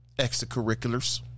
extracurriculars